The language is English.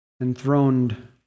enthroned